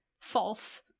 false